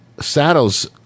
saddles